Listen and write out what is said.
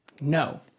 No